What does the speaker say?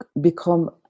become